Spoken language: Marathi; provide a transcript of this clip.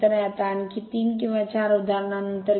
आता आणखी 3 किंवा 4 उदाहरणनंतर घेऊ